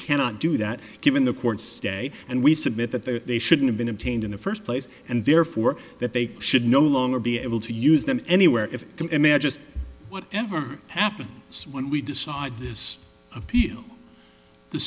cannot do that given the court's stay and we submit that the they shouldn't have been obtained in the first place and therefore that they should no longer be able to use them anywhere if you can imagine what ever happens when we decide this appeal the